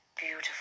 Beautiful